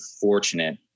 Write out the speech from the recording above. fortunate